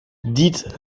dites